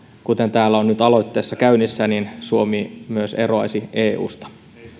kuten täällä on nyt aloitteessa käynnissä että suomi myös eroaisi eusta